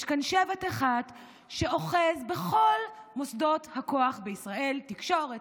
יש כאן שבט אחד שאוחז בכל מוסדות הכוח בישראל: תקשורת,